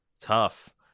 Tough